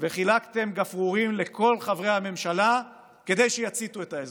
וחילקתם גפרורים לכל חברי הממשלה כדי שיציתו את האזור.